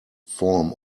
form